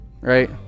right